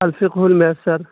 الفقہ المیسر